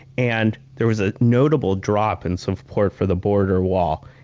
and there was a notable drop in support for the border wall,